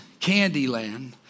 Candyland